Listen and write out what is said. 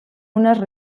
unes